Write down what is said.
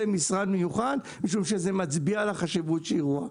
משרד מיוחד משום שזה מצביע על החשיבות שהיא רואה.